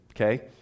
okay